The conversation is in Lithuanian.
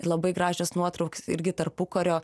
labai gražios nuotraukos irgi tarpukario